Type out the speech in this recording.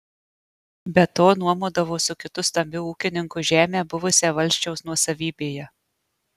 be to nuomodavo su kitu stambiu ūkininku žemę buvusią valsčiaus nuosavybėje